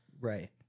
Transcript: Right